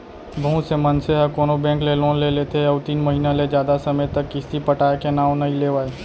बहुत से मनसे ह कोनो बेंक ले लोन ले लेथे अउ तीन महिना ले जादा समे तक किस्ती पटाय के नांव नइ लेवय